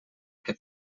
que